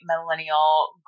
millennial